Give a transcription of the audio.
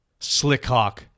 Slickhawk